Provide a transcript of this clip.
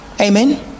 Amen